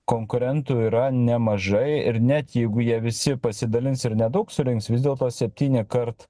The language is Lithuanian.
konkurentų yra nemažai ir net jeigu jie visi pasidalins ir nedaug surinks vis dėlto septyni kart